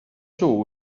chaud